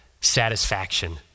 satisfaction